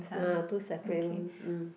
uh two separate room mm